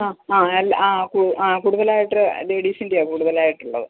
ആ ആ എല്ലാ ആ ആ കൂടുതലായിട്ട് ലേഡീസിൻറെയാണ് കൂടുതലായിട്ടുള്ളത്